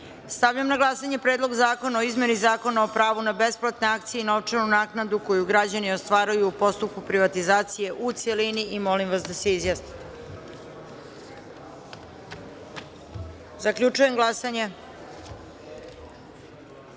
na glasanje Predlog zakona o izmeni Zakona o pravu na besplatne akcije i novčanu naknadu koju građani ostvaruju u postupku privatizacije, u celini. Molim vas da se izjasnimo. Zaključujem glasanje: